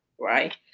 right